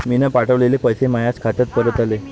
मीन पावठवलेले पैसे मायाच खात्यात परत आले